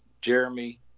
Jeremy